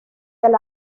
del